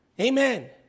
Amen